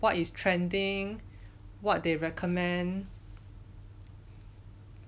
what is trending what they recommend